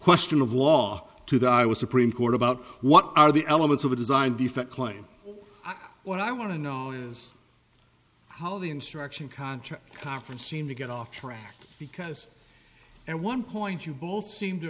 question of law to that i was supreme court about what are the elements of a design defect claim what i want to know is how the instruction contract conference seem to get off track because and one point you both seem to